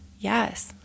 Yes